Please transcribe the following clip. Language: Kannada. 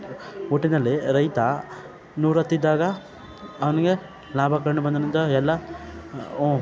ಒಟ್ಟಿನಲ್ಲಿ ರೈತ ನೂರಾಹತ್ತು ಇದ್ದಾಗ ಅವ್ನಿಗೆ ಲಾಭ ಕಂಡು ಬಂದನಂತ ಎಲ್ಲ